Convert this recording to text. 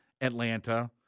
Atlanta